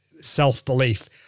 self-belief